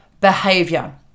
behavior